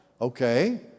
Okay